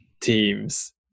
teams